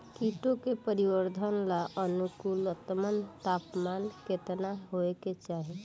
कीटो के परिवरर्धन ला अनुकूलतम तापमान केतना होए के चाही?